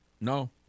No